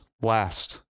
last